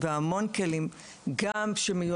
אנשים כן